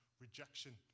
rejection